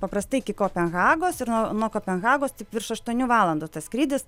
paprastai iki kopenhagos ir nuo kopenhagos taip virš aštuonių valandų tas skrydis